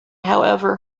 however